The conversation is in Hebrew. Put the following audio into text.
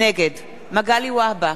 נגד מגלי והבה,